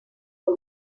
por